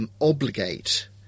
obligate